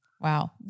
Wow